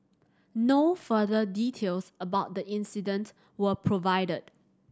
no further details about the incident were provided